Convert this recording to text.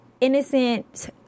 innocent